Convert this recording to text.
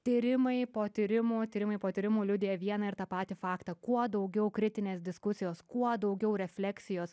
tyrimai po tyrimų tyrimai po tyrimų liudija vieną ir tą patį faktą kuo daugiau kritinės diskusijos kuo daugiau refleksijos